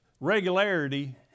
regularity